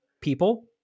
people